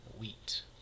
wheat